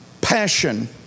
passion